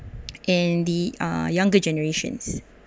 and the uh younger generations